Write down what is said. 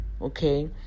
Okay